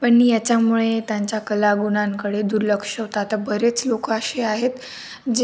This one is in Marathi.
पण याच्यामुळे त्यांच्या कलागुणांकडे दुर्लक्ष होतं आता बरेच लोक असे आहेत जे